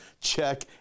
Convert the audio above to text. Check